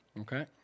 Okay